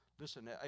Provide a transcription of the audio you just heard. listen